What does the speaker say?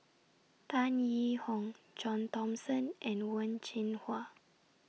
Tan Yee Hong John Thomson and Wen Jinhua